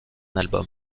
album